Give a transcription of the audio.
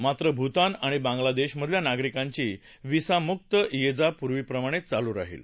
मात्र भूतान आणि बागलादेशमधल्या नागरिकांची व्हिसामुक्त जा ये पूर्वीप्रमाणेच चालू राहील